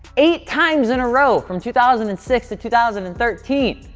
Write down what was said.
eight times in a row, from two thousand and six to two thousand and thirteen.